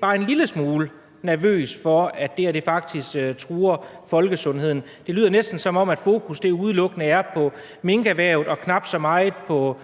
bare en lille smule nervøs for, at det her faktisk truer folkesundheden. Det lyder næsten, som om fokus udelukkende er på minkerhvervet og knap så meget på